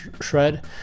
shred